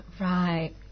right